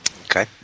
Okay